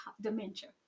dementia